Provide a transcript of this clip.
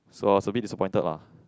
so I was a bit disappointed lah